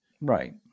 Right